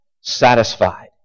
satisfied